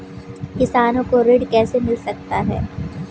किसानों को ऋण कैसे मिल सकता है?